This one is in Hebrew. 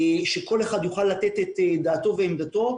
שכל אחד יוכל לתת את דעתו ועמדתו.